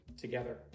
together